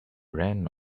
ran